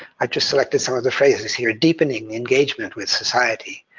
i just selected some of the phrases here deepening engagement with society,